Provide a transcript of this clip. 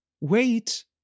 Wait